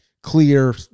clear